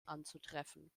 anzutreffen